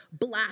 black